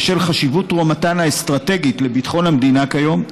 בשל חשיבות תרומתן האסטרטגית לביטחון המדינה כיום,